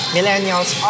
Millennials